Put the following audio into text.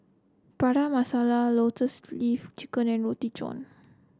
Prata Masala Lotus Leaf Chicken and Roti John